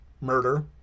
murder